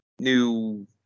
new